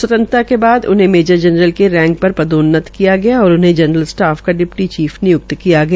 स्वतंत्रता के बाद उन्हें मेजर जनरल के रैंक पर पदोन्त किया गया और उन्हें जनरल स्टाफ का डिप्टी चीफ निय्क्त किया गया